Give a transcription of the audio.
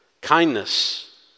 Kindness